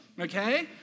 Okay